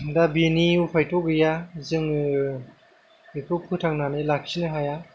दा बिनि उफायथ' गैया जोङो बेखौ फोथांनानै लाखिनो हाया